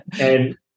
And-